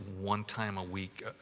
one-time-a-week